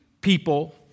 people